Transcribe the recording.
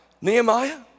Nehemiah